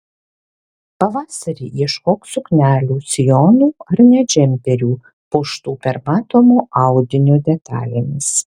pavasarį ieškok suknelių sijonų ar net džemperių puoštų permatomo audinio detalėmis